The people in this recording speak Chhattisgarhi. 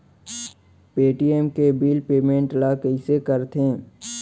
पे.टी.एम के बिल पेमेंट ल कइसे करथे?